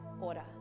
order